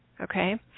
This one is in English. okay